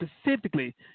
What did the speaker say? specifically